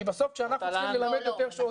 כי בסוף כשאנחנו צריכים ללמד יותר שעות